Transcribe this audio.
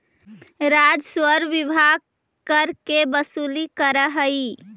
राजस्व विभाग कर के वसूली करऽ हई